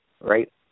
right